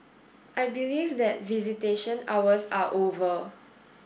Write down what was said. I believe that visitation hours are over